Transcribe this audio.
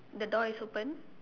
the door is open